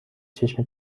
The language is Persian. چشم